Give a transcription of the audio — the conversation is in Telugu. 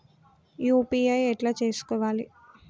యూ.పీ.ఐ ఎట్లా చేసుకోవాలి?